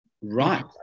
Right